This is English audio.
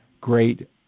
great